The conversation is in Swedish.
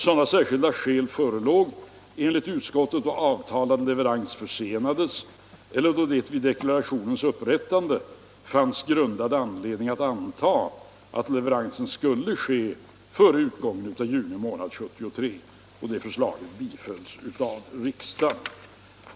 Sådana särskilda skäl förelåg enligt utskottet då avtalad leverans försenades eller då det vid deklarationens upprättande fanns grundad anledning anta att leveransen skulle ske före utgången av juni månad 1973. Det förslaget bifölls av riksdagen.